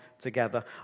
together